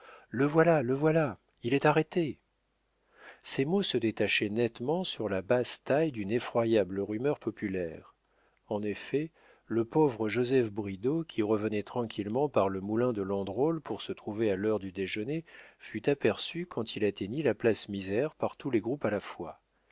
le voilà le voilà il est arrêté ces mots se détachaient nettement sur la basse-taille d'une effroyable rumeur populaire en effet le pauvre joseph bridau qui revenait tranquillement par le moulin de landrôle pour se trouver à l'heure du déjeuner fut aperçu quand il atteignit la place misère par tous les groupes à la fois